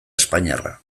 espainiarra